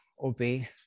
obey